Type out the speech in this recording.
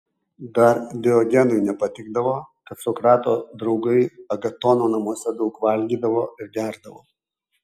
dar diogenui nepatikdavo kad sokrato draugai agatono namuose daug valgydavo ir gerdavo